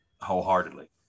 wholeheartedly